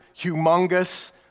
humongous